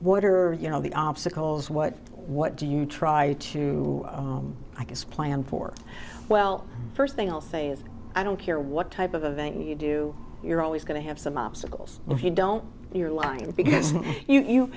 or you know the obstacles what what do you try to i guess plan for well first thing i'll say is i don't care what type of event you do you're always going to have some obstacles if you don't you're lying